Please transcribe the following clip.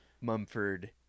Mumford